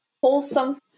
wholesome